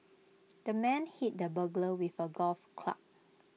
the man hit the burglar with A golf club